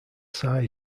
size